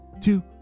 two